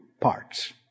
parts